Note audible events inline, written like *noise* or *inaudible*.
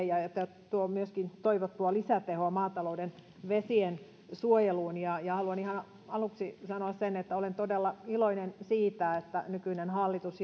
*unintelligible* ja tuo myöskin toivottua lisätehoa maatalouden vesiensuojeluun haluan ihan aluksi sanoa sen että olen todella iloinen siitä että nykyinen hallitus *unintelligible*